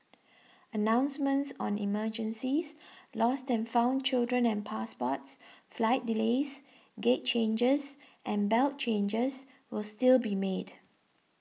announcements on emergencies lost and found children and passports flight delays gate changes and belt changes will still be made